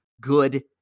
good